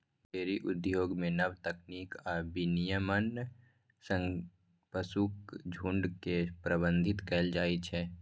dairy उद्योग मे नव तकनीक आ विनियमन सं पशुक झुंड के प्रबंधित कैल जाइ छै